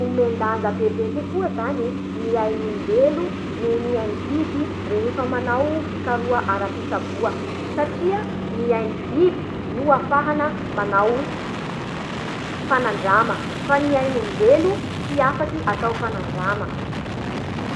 Omen-daja bebe kokoa zany ny ain'olombelo noho ny ain'ny biby rehefa manao fikaroha ara-pitsaboa. Satria ny ainan'ny biby no ahafahana manao afaky atao fanandrama fa ny ain'olombelo tsy afaky atao fanandrama.